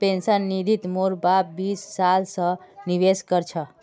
pension निधित मोर बाप बीस साल स निवेश कर छ